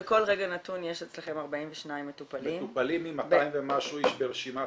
בכל רגע נתון יש אצלכם 42 מטופלים -- עם 200 ומשהו איש ברשימת המתנה.